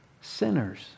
sinners